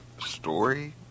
story